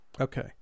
okay